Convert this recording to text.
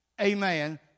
amen